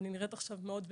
אני נראית עכשיו מאוד בסדר,